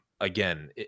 again